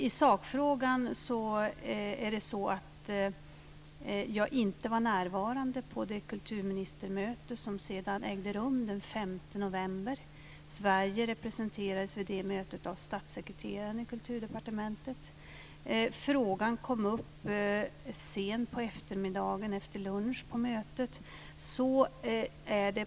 I sakfrågan gäller följande: Jag var inte närvarande på det kulturministermöte som sedan ägde rum den 5 november. Sverige representerades vid det mötet av statssekreteraren i Kulturdepartementet. Frågan kom upp sent på eftermiddagen efter lunchen.